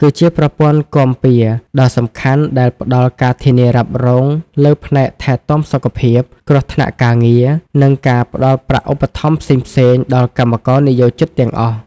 គឺជាប្រព័ន្ធគាំពារដ៏សំខាន់ដែលផ្តល់ការធានារ៉ាប់រងលើផ្នែកថែទាំសុខភាព គ្រោះថ្នាក់ការងារ និងការផ្តល់ប្រាក់ឧបត្ថម្ភផ្សេងៗដល់កម្មករនិយោជិតទាំងអស់។